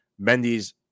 mendy's